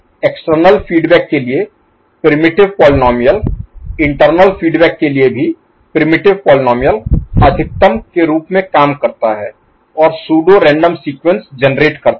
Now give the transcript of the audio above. external feedback के लिए primitive Primitive आदिम पोलीनोमिअल इंटरनल फीडबैक के लिए भी प्रिमिटिव Primitive आदिम पोलीनोमिअल अधिकतम के रूप में काम करता है और सूडो रैंडम सीक्वेंस जेनेरेट करता है